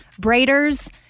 braiders